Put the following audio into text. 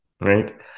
right